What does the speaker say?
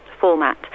format